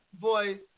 voice